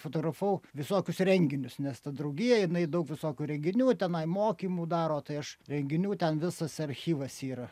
fotografavau visokius renginius nes ta draugija jinai daug visokių reginių tenai mokymų daro tai aš renginių ten visas archyvas yra